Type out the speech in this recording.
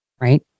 right